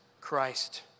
Christ